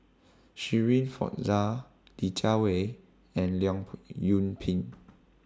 Shirin Fozdar Li Jiawei and Leong Yoon Pin